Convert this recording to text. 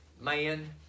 man